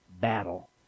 battle